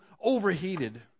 overheated